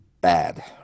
bad